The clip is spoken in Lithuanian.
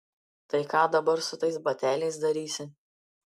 tai ką dabar su tais bateliais darysi